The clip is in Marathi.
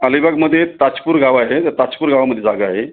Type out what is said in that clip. अलिबागमध्ये ताजपूर गाव आहे त्या ताचपूर गावामध्ये जागा आहे